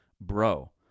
Bro